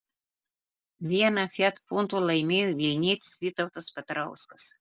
vieną fiat punto laimėjo vilnietis vytautas petrauskas